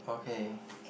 okay